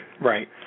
Right